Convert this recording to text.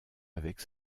avec